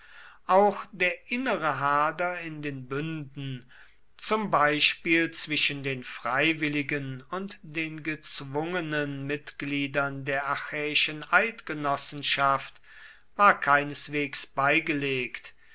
auch der innere hader in den bünden zum beispiel zwischen den freiwilligen und den gezwungenen mitgliedern der achäischen eidgenossenschaft war keineswegs beigelegt